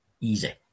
Easy